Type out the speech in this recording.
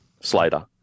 Slater